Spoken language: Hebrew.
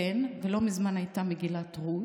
כן, ולא מזמן הייתה מגילת רות,